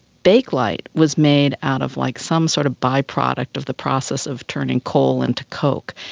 bakelite was made out of like some sort of by-product of the process of turning coal into coke.